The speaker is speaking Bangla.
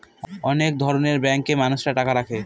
অনেক ধরনের ব্যাঙ্কে মানুষরা টাকা রাখে